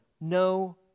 No